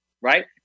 Right